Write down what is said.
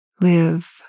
live